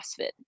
CrossFit